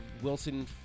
Wilson